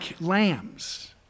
lambs